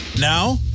Now